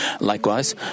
Likewise